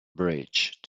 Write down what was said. bridge